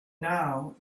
now